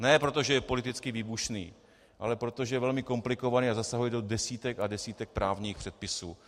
Ne proto, že je politicky výbušný, ale protože je velmi komplikovaný a zasahuje do desítek a desítek právních předpisů.